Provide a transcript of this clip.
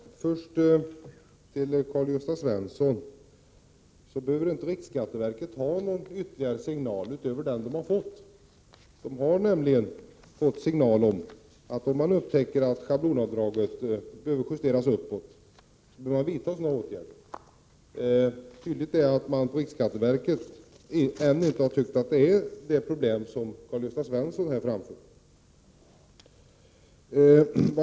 Fru talman! Först till Karl-Gösta Svenson: Riksskatteverket behöver inte ha någon ytterligare signal utöver den som det har fått. Det har nämligen fått ett besked att om man upptäcker att schablonavdraget behöver justeras uppåt skall en sådan åtgärd vidtas. Tydligt är att riksskatteverket ännu inte har tyckt att det problem som Karl-Gösta Svenson här håller fram föreligger.